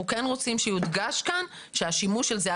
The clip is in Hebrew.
כן רוצים שיודגש כאן שהשימוש של זה,